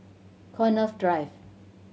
Connaught's Drive